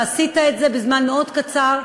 ועשית את זה בזמן מאוד קצר.